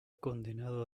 condenado